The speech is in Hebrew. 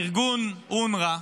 ארגון אונר"א,